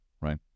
right